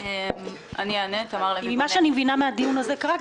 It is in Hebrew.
ממה שאני מבינה מהדיון הזה כרגע,